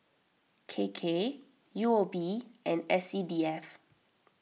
K K U O B and S C D F